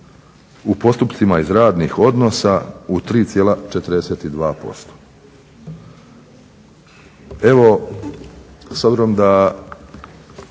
u postupcima iz radnih odnosa u 3,42%.